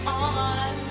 on